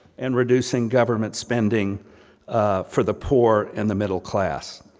and reducing government spending for the poor in the middle-class.